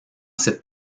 cette